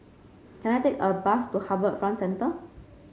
can I take a bus to HarbourFront Centre